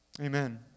Amen